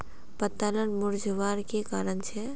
पत्ताला मुरझ्वार की कारण छे?